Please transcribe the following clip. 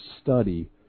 study